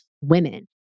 women